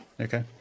Okay